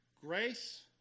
grace